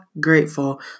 grateful